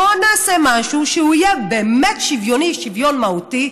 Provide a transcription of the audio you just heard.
בוא נעשה משהו שיהיה באמת שוויוני, שוויון מהותי,